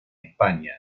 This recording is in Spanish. españa